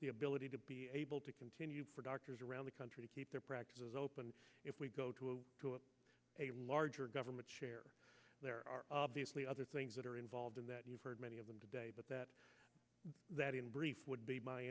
the ability to be able to continue for doctors around the country to keep their practices open if we go to a larger government chair there are obviously other things that are involved in that you've heard many of them today but that that in brief would be my